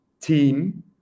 team